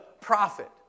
prophet